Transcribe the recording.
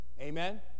Amen